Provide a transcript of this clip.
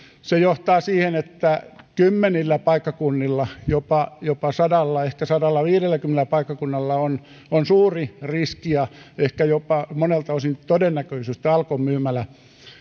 johtaa siihen että kymmenillä paikkakunnilla jopa jopa sadalla ehkä sadallaviidelläkymmenellä paikkakunnalla on on suuri riski ja ehkä jopa monelta osin todennäköisyys että alkon myymälä